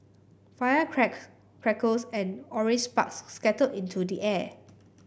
fires crackled crackles and orange sparks scattered into the air